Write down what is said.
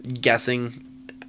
guessing